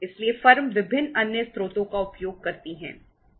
इसलिए फर्म विभिन्न अन्य स्रोतों का उपयोग करती हैं